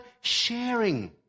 sharing